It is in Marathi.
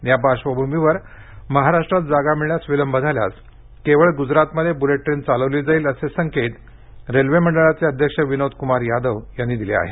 या पार्श्वभूमीवर महाराष्ट्रात जागा मिळण्यास विलंब झाल्यास फक्त गुजरातमध्ये बुलेट ट्रेन चालवली जाईल असे संकेत रेल्वे मंडळाचे अध्यक्ष विनोद कुमार यादव यांनी दिले आहेत